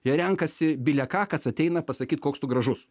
jie renkasi bile ką kas ateina pasakyt koks tu gražus